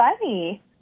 funny